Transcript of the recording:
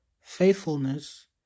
faithfulness